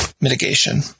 mitigation